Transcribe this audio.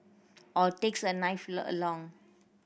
or takes a knife along